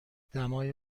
دمای